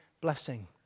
blessing